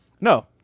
no